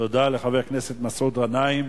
תודה לחבר הכנסת מסעוד גנאים.